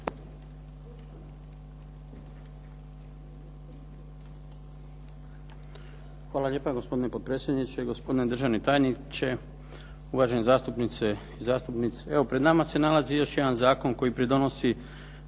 Hvala lijepo. Gospodine potpredsjedniče, gospodine državni tajniče, uvažene zastupnice i zastupnici. Evo pred nama se nalazi još jedan zakon koji pridonosi